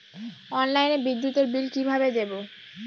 অনলাইনে বিদ্যুতের বিল কিভাবে দেব?